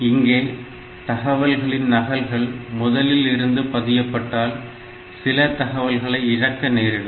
இங்கே தகவல்களின் நகல்கள் முதலில் இருந்து பதியப்பட்டால் சில தகவல்களை இழக்க நேரிடும்